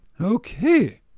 Okay